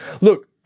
Look